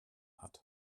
hat